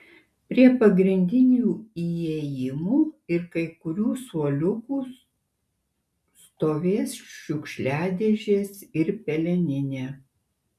prie pagrindinių įėjimų ir kai kurių suoliukų stovės šiukšliadėžės ir peleninė